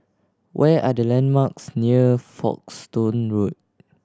where are the landmarks near Folkestone Road